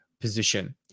position